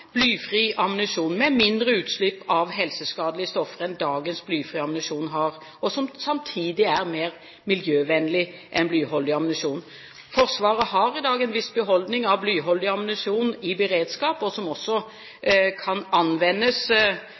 blyfri ammunisjon med mindre utslipp av helseskadelige stoffer enn dagens blyfrie ammunisjon har, og som samtidig er mer miljøvennlig enn blyholdig ammunisjon. Forsvaret har i dag en viss beholdning av blyholdig ammunisjon i beredskap, som kan anvendes